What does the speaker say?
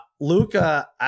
Luca